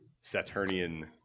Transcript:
Saturnian